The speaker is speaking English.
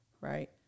right